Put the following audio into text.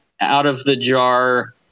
out-of-the-jar